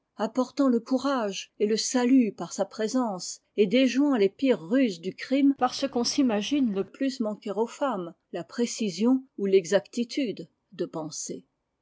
apportant le courage et le salut par sa présence et déjouant les pires ruses du crime par ce qu'on s'imagine le plus manquer aux femmes la précision et l'exactitude de pensée